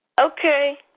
Okay